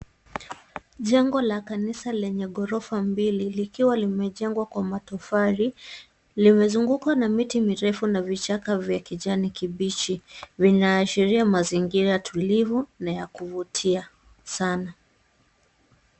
Jengo la kanisa lenye ghorofa mbili, likiwa limejengwa kwa matofali. Limezungukwa na miti mirefu na vichaka vya kijani kibichi, vinaashiria mazingira tulivu na ya kuvutia sana.